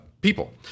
people